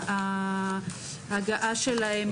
ההגעה שלהם,